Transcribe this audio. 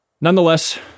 Nonetheless